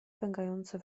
pękające